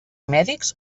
mèdics